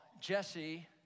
Jesse